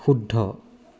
শুদ্ধ